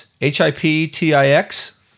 H-I-P-T-I-X